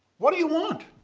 what do you want?